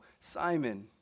Simon